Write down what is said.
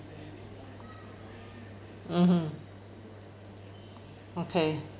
mmhmm okay